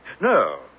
No